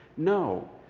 no.